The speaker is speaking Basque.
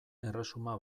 erresuma